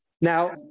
Now